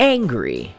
Angry